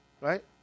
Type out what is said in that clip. right